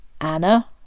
Anna